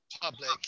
public